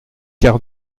quart